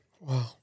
Wow